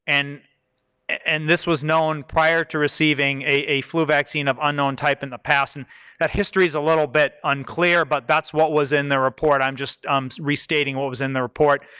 and and this was known prior to receiving a flu vaccine of unknown type in the past and that history is a little bit unclear, but that's what was in the report. i'm just restating what was in the report,